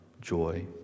joy